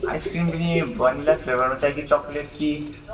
ice cream पनि vanilla फ्लेवरमा चाहियो कि चक्लेट कि